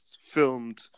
filmed